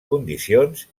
condicions